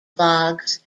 blogs